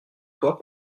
toi